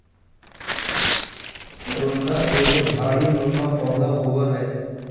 करोंदा एगो झाड़ी नुमा पौधा होव हय